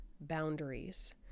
boundaries